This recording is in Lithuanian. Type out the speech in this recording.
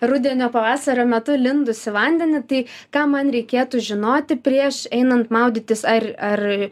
rudenio pavasario metu lindus į vandenį tai ką man reikėtų žinoti prieš einant maudytis ar ar